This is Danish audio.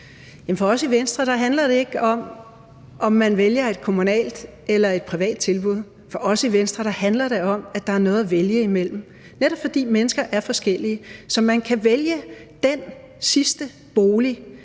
For os i Venstre handler det ikke om, om man vælger et kommunalt eller et privat tilbud. For os i Venstre handler det om, at der er noget at vælge imellem, netop fordi mennesker er forskellige, så man kan vælge den sidste bolig,